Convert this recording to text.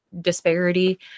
disparity